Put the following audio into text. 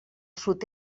sud